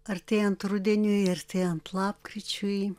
artėjant rudeniui artėjant lapkričiui